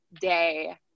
day